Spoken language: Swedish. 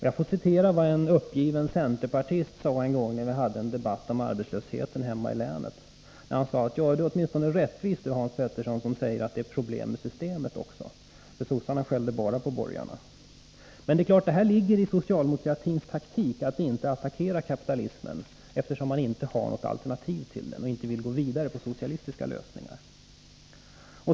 Jag vill citera vad en uppgiven centerpartist sade en gång när vi hade en debatt om arbetslösheten hemma i länet: Du är åtminstone rättvis, Hans Petersson, som säger att det är problem med systemet också, för sossarna skäller bara på borgarna. Naturligtvis ligger det i socialdemokratins taktik att inte attackera kapitalismen, eftersom man inte har något alternativ till den och inte vill gå vidare med socialistiska lösningar.